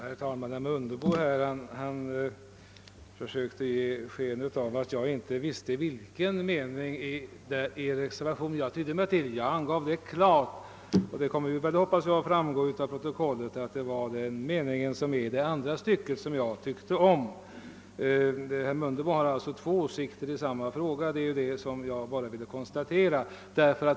Herr talman! Herr Mundebo försökte ge sken av att jag inte visste vilken mening i reservationen jag tydde mig till. Jag angav detta klart. Jag hoppas att det av protokollet kommer att framgå, att det är meningen i andra stycket som jag tycker om. Herr Mundebo har alltså två åsikter i samma fråga, och det var bara det jag ville konstatera.